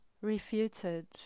refuted